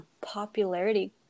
popularity